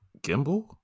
Gimbal